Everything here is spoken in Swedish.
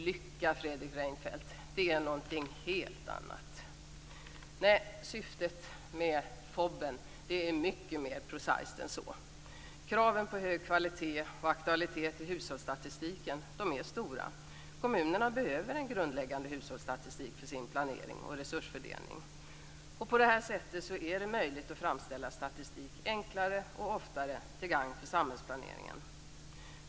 "Lycka" är någonting helt annat, Fredrik Reinfeldt. Nej, syftet med FoB är mycket mer prosaiskt än så. Kraven på hög kvalitet och aktualitet i hushållsstatistiken är stora. Kommunerna behöver en grundläggande hushållsstatistik för sin planering och resursfördelning. På det här sättet är det möjligt att framställa statistik enklare och oftare, till gagn för samhällsplaneringen.